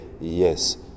yes